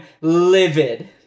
livid